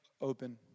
Open